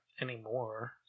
anymore